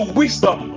wisdom